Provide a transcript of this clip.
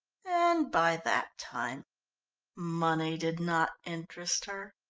and by that time money did not interest her.